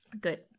Good